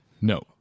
No